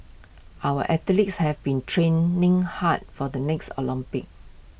our athletes have been training hard for the next Olympics